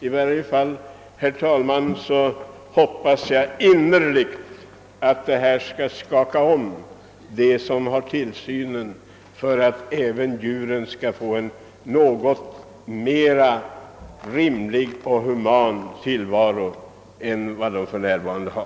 I varje fall hoppas jag att detta skall skaka om dem som har tillsynen över detta område, så att även djuren får en något mer rimlig och human tillvaro än de för närvarande har.